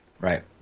Right